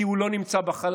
כי הוא לא נמצא בחלל,